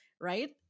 right